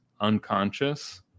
unconscious